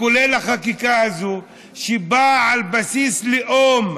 כולל החקיקה הזאת, שבאה על בסיס לאום,